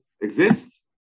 exist